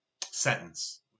sentence